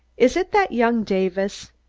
is it that young davis?